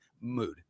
mood